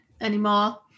anymore